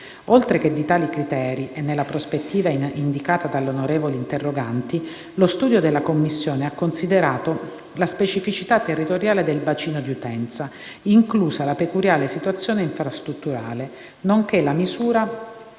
Oltre che di tali criteri, e nella prospettiva indicata dall'onorevole interrogante - lo studio della commissione ha considerato la specificità territoriale del bacino di utenza, inclusa la peculiare situazione infrastrutturale, nonché la misura